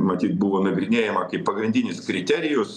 matyt buvo nagrinėjama kaip pagrindinis kriterijus